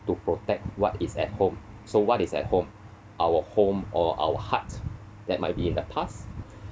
to protect what is at home so what is at home our home or our heart that might be in the past